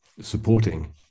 supporting